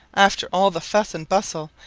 after all the fuss and bustle,